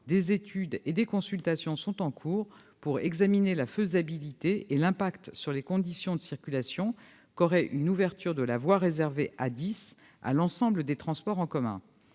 des études et des consultations sont en cours pour examiner la faisabilité et l'impact sur les conditions de circulation qu'aurait une ouverture de la voie réservée de l'A10 à l'ensemble des transports en commun.